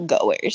goers